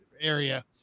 area